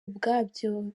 ubwabyo